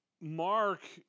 Mark